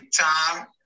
time